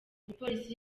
umupolisi